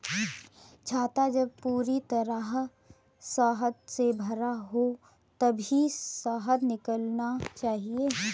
छत्ता जब पूरी तरह शहद से भरा हो तभी शहद निकालना चाहिए